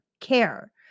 care